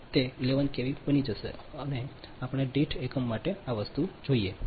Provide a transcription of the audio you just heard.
બની જશે આ બધા આપણે દીઠ એકમ વસ્તુ માટે જોઇ છે